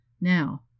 Now